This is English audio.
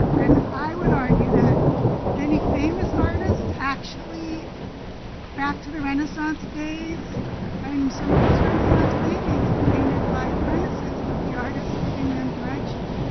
and i would argue that many famous artists actually back to the renaissance days and some of those renaissance paintings were painted by apprentices with the artist giving them direction.